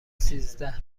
سیزده